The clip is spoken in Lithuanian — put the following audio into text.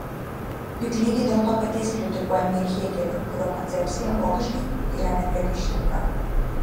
juk lygiai dėl to paties kritikuojame ir hėgelį kurio koncepcija logiškai yra nepriekaištinga